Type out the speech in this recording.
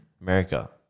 America